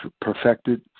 perfected